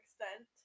extent